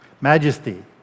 Majesty